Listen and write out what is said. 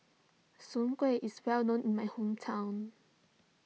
Soon Kway is well known in my hometown